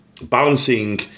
balancing